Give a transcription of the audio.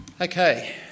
Okay